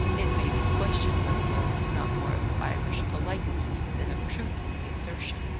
it may be questioned whether there was not more of irish politeness than of truth in the assertion,